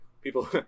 people